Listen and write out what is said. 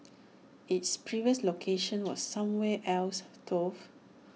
its previous location was somewhere else though